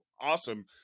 awesome